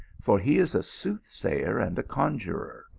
for he is a soothsayer and a conjuror,